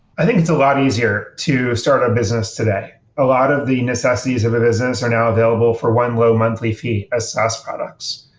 i think it's a lot easier to start a business today. a lot of the necessities of a business are now available for one low monthly fee as saas products.